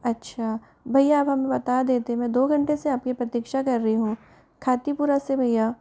अच्छा भैया आप हमें बता देते मैं दो घंटे से आप की प्रतीक्षा कर रही हूँ खातीपूरा से भैया